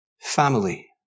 family